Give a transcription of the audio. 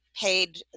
paid